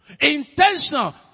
Intentional